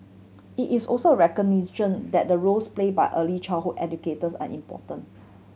it is also recognition that the roles play by early childhood educators are important